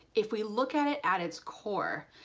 if we look at it at its core,